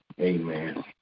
Amen